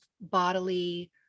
bodily